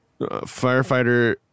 Firefighter